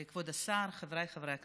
כבוד השר, חבריי חברי הכנסת,